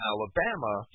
Alabama